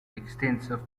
extensive